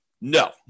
No